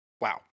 wow